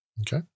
Okay